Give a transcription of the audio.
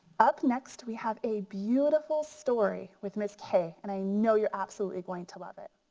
up next we have a beautiful story with ms. kay and i know you're absolutely going to love it.